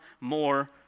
more